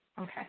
Okay